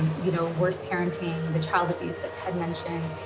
and you know worst parenting, the child abuse that ted mentioned.